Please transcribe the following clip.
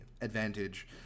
advantage